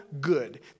good